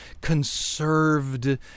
conserved